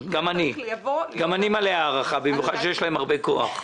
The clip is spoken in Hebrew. גם אני מלא הערכה, במיוחד שיש להם הרבה כוח.